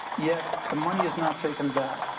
yet, the money is not taken back.